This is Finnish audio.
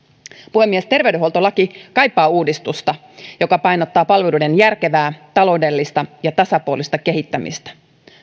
puhemies terveydenhuoltolaki kaipaa uudistusta joka painottaa palveluiden järkevää taloudellista ja tasapuolista kehittämistä